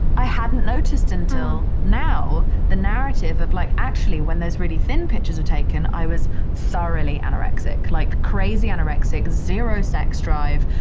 i hadn't noticed until now the narrative of like actually when there's really thin pictures are taken. i was thoroughly anorexic like crazy anorexic, zero sex drive,